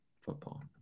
Football